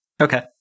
Okay